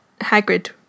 Hagrid